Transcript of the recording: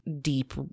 deep